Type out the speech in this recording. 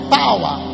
power